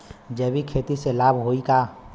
जैविक खेती से लाभ होई का?